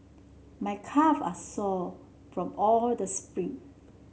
my calve are sore from all the sprint